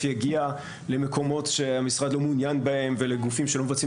יגיע למקומות שהמשרד לא מעוניין בהם ולגופים שלא מבצעים